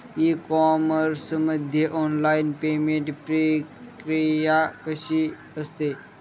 E commerce मध्ये online payment प्रक्रिया कशी असते?